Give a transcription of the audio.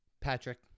Patrick